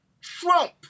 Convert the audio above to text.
Trump